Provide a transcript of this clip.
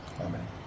Amen